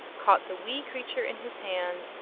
caught the wee creature in his hand,